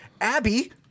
Abby